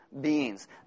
beings